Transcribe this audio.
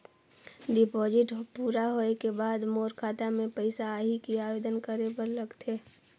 Deposit पूरा होय के बाद मोर खाता मे पइसा आही कि आवेदन करे बर लगथे?